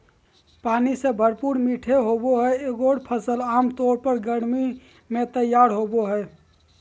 पानी से भरपूर मीठे होबो हइ एगोर फ़सल आमतौर पर गर्मी में तैयार होबो हइ